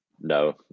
no